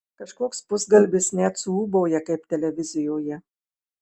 kažkoks pusgalvis net suūbauja kaip televizijoje